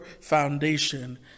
foundation